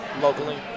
locally